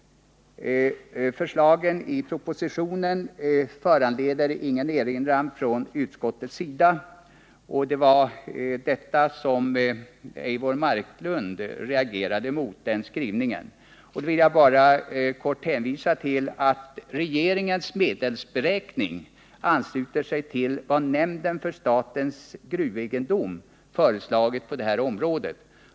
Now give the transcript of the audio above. Förslagen i propositionen föranleder ingen erinran från utskottets sida, och det var den skrivningen som Eivor Marklund reagerade mot. Då vill jag bara kort hänvisa till att regeringens medelsberäkning ansluter sig till vad nämnden för statens gruvegendom föreslagit på det här området.